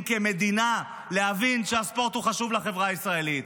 כמדינה להבין שהספורט הוא חשוב לחברה הישראלית.